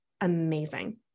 amazing